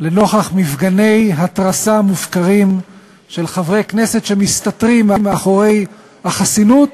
לנוכח מפגני התרסה מופקרים של חברי כנסת שמסתתרים מאחורי החסינות